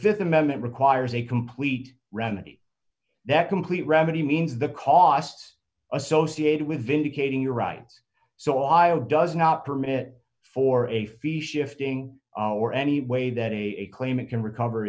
the th amendment requires a complete remedy that complete remedy means the costs associated with vindicating your rights so iow does not permit for a fee shifting or any way that a claimant can recover